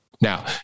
Now